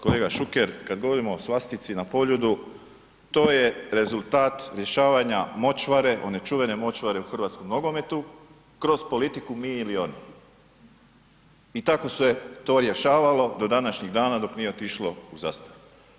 Kolega Šuker, kad govorimo o svastici na Poljudu, to je rezultat rješavanja močvare, one čuvene močvare u hrvatskom nogometu kroz politiku mi ili oni i tako se to rješavalo do današnjih dana dok nije otišlo u zastaru.